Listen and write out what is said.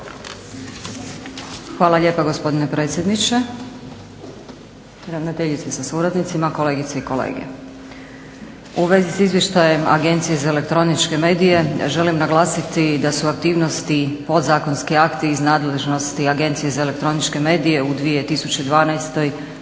Hvala lijepa gospodine predsjedniče, ravnateljice sa suradnicama, kolegice i kolege. U vezi s izvještajem Agencije za elektroničke medije želim naglasiti da su aktivnosti podzakonski akti iz nadležnosti Agencije za elektroničke medije u